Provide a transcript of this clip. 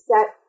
set